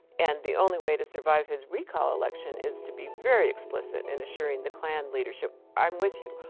and the only way to survive his recall election is to be very explicit in assuring the klan leadership i'm with you.